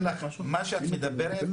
מה שאת מדברת,